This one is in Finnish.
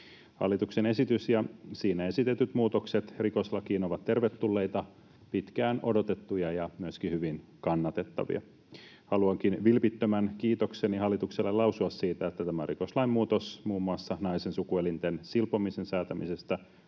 Hallituksen esitys ja siinä esitetyt muutokset rikoslakiin ovat tervetulleita, pitkään odotettuja ja myöskin hyvin kannatettavia. Haluankin vilpittömän kiitokseni hallitukselle lausua siitä, että tämä rikoslain muutos muun muassa naisen sukuelinten silpomisen säätämisestä